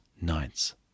night's